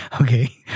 Okay